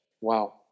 Wow